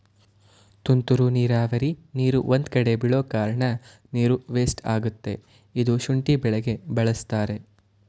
ತುಂತುರು ನೀರಾವರಿ ನೀರು ಒಂದ್ಕಡೆ ಬೀಳೋಕಾರ್ಣ ನೀರು ವೇಸ್ಟ್ ಆಗತ್ತೆ ಇದ್ನ ಶುಂಠಿ ಬೆಳೆಗೆ ಬಳಸ್ತಾರೆ